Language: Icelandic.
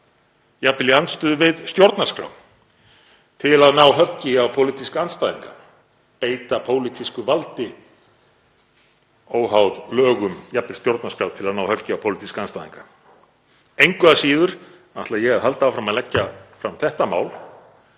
jafnvel í andstöðu við stjórnarskrá, til að ná höggi á pólitíska andstæðinga; beita pólitísku valdi óháð lögum, jafnvel stjórnarskrá, til að ná höggi á pólitíska andstæðinga. Engu að síður ætla ég að halda áfram að leggja þetta mál